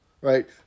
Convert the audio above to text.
right